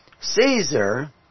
Caesar